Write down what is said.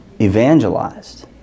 evangelized